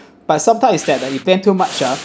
but sometimes is that ah you tend too much ah